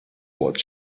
what